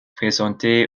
présenté